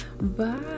bye